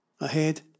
Ahead